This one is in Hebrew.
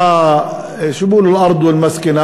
שו ביקולו אל-ארצ' ואל-מסכַּן?